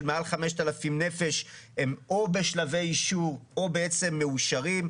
מעל 5,000 נפש הם או בשלבי אישור או בעצם מאושרים,